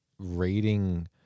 Reading